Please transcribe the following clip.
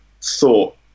thought